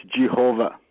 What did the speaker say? Jehovah